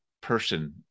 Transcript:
person